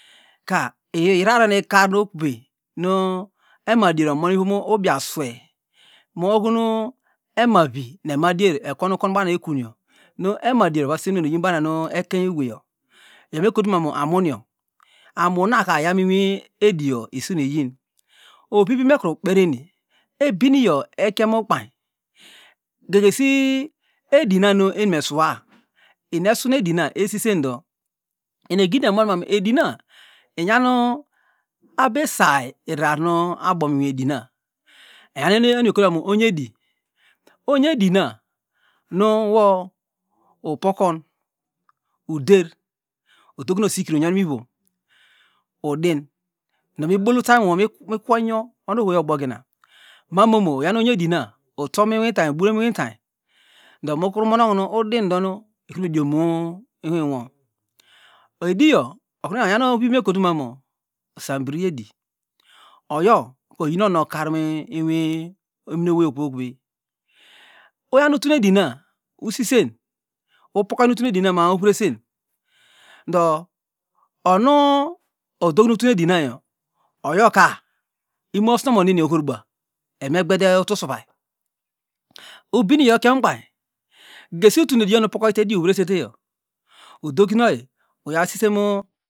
Ka irarargo nu ikarnokwey nu emadier omonmivom ubiaswey muohonu emavi nu emadier ekon ikon bamu ekunyo nu emadiar ovaseminen bamanu ekeuny eweyo iyo mekolutuman amungo amunaka igamu inni ediyo iyin ovivimu mekuru kperieni ebiniyo ekien ukpany gegesi edinam emime suwa eni esu unedina esisen ndo enegidemonnam edina inyanu abe say iraranu abom in edina onyamu eniekotumarm onyedi onyedi na nuwo upkokon uder udogin osikiri unyonivom udi do mibol utamwon mikwo inyo onu ohona gobogina mamono uyam onyedina uto minwitau ubre muntay ndo mukuru mmokuno udindonu ikrimodiom inmo ediyo okrunu ongan ovivi numekotuman isanbri edi oyo ko oyinon okar inai omin owey okeyokuey oyan utunedina usisen upokoynu utunedi ma- a muresen ndo onu- u odogion utunenayo oyoka imo osi nomnneni ohorba eveme gbede utusuvay ubimi iyo ukien ukpan gesi utunediyowu upokoytediyo nuresetego udogin oyisomu